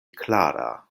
klara